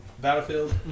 Battlefield